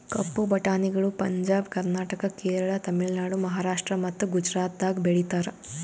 ಕಪ್ಪು ಬಟಾಣಿಗಳು ಪಂಜಾಬ್, ಕರ್ನಾಟಕ, ಕೇರಳ, ತಮಿಳುನಾಡು, ಮಹಾರಾಷ್ಟ್ರ ಮತ್ತ ಗುಜರಾತದಾಗ್ ಬೆಳೀತಾರ